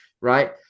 right